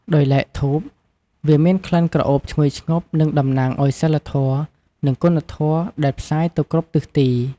ដោយឡែក ធូប វាមានក្លិនក្រអូបឈ្ងុយឈ្ងប់និងតំណាងឱ្យសីលធម៌ និងគុណធម៌ដែលផ្សាយទៅគ្រប់ទិសទី។